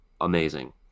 amazing